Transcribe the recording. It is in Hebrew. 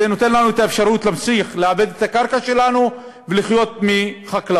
זה נותן לנו אפשרות להמשיך לעבד את הקרקע שלנו ולחיות מחקלאות.